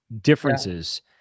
differences